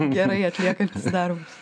gerai atliekantis darbus